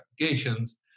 applications